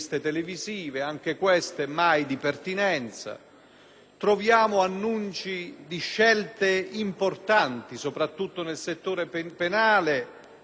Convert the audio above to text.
troviamo annunci di scelte importanti, soprattutto nel settore penale, dentro riviste,